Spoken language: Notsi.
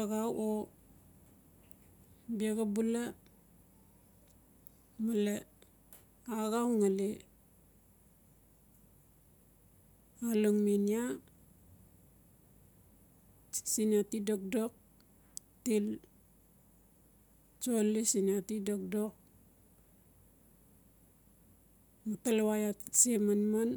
axau o biaxa bula male axau ngali along men iaa siin iaa ti dokdok til tsoli siin iaa ti dokdok talawa iaa tase manman.